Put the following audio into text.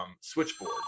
switchboard